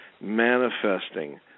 manifesting